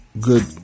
good